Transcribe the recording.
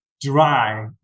dry